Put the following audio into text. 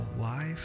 life